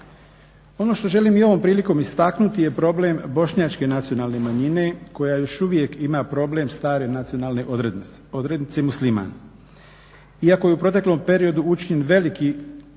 Ono što želim i ovom prilikom istaknuti je problem bošnjačke nacionalne manjine koja još uvijek ima problem stare nacionalne odrednice, odrednice musliman. Iako je u proteklom periodu učinjen veliki